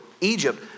Egypt